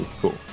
Cool